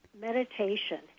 meditation